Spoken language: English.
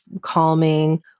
calming